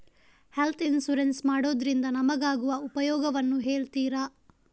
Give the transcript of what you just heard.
Health insurance ಮಾಡೋದ್ರಿಂದ ನಮಗಾಗುವ ಉಪಯೋಗವನ್ನು ಹೇಳ್ತೀರಾ?